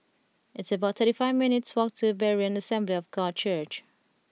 it's about thirty five minutes' walk to Berean Assembly of God Church